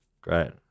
great